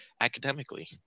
academically